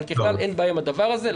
אבל ככלל אין בעיה עם הדבר הזה.